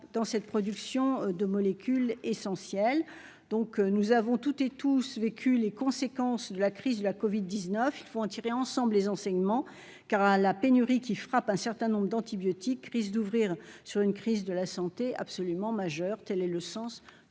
dans cette production de molécules essentielles, donc nous avons toutes et tous vécu les conséquences de la crise de la Covid 19 il faut en tirer ensemble les enseignements car la pénurie qui frappe un certain nombre d'antibiotiques, crise d'ouvrir sur une crise de la santé absolument majeur telle et le sens